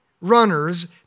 runners